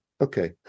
okay